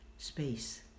Space